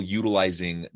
utilizing